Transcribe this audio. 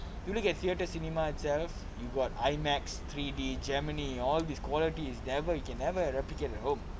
you look at theatre cinema itself you got I max three D gemini all this quality is never you can never replicate at home